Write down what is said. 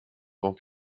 banc